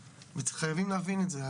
חייבים להבין את זה,